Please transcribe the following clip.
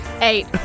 eight